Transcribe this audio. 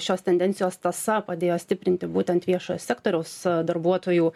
šios tendencijos tąsa padėjo stiprinti būtent viešojo sektoriaus darbuotojų